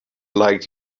like